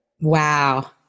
wow